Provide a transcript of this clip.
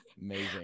amazing